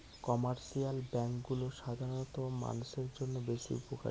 commercial ব্যাঙ্কগুলো সাধারণ মানষের জন্য বেশ উপকারী